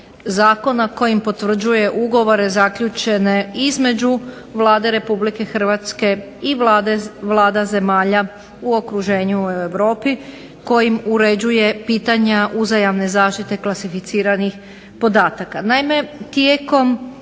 Zakona kojima potvrđuje ugovore zaključene između Vlade Republike Hrvatske i Vlada zemalja u okruženju u europi kojim uređuje pitanja uzajamne zaštite klasificiranih podataka.